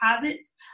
Deposits